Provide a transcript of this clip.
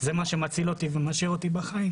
זה מה שמציל אותי ומשאיר אותי בחיים.